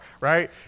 right